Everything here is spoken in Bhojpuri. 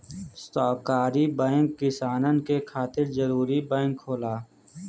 सहकारी बैंक किसानन के खातिर जरूरी बैंक होला